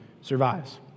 survives